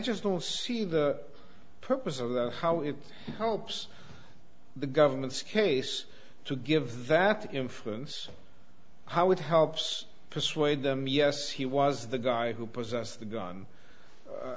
just don't see the purpose of how it helps the government's case to give that influence how it helps persuade them yes he was the guy who possessed the gun i